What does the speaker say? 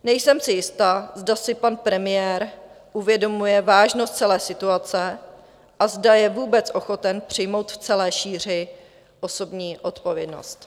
Nejsem si jista, zda si pan premiér uvědomuje vážnost celé situace a zda je vůbec ochoten přijmout v celé šíři osobní odpovědnost.